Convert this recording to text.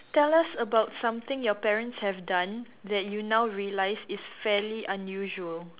tell us about something your parents have done that you now realise is fairly unusual